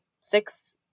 six